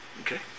Okay